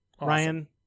Ryan